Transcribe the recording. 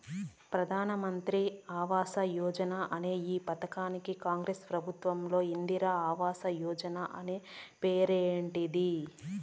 ప్రధాన్ మంత్రి ఆవాస్ యోజన అనే ఈ పథకానికి కాంగ్రెస్ ప్రభుత్వంలో ఇందిరా ఆవాస్ యోజన అనే పేరుండేది